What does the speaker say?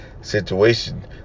situation